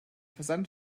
versand